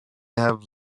have